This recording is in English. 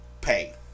pay